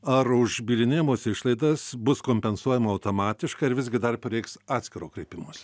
ar už bylinėjimosi išlaidas bus kompensuojama automatiškai ar visgi dar prireiks atskiro kreipimosi